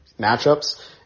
matchups